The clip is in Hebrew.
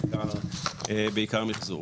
בעיקר מחזור.